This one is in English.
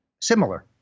similar